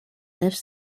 lives